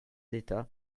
d’état